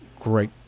great